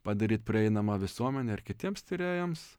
padaryt prieinamą visuomenei ir kitiems tyrėjams